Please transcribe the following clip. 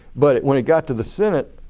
but when it got to the senate,